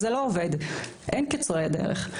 זה לא עובד, אין קיצורי דרך.